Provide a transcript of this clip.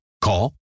Call